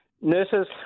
Nurses